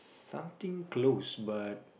something close but